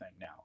now